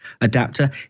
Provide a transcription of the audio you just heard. adapter